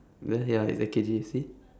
there ya it's A_K_G you see